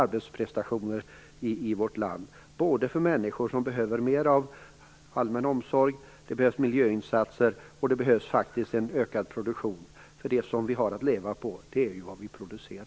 Jag tror att det är bra att låta fantasin sprudla litet grand och att tro att människor lokalt, men naturligtvis också centralt, kan komma på nya idéer och finna nya lösningar på svåra problem.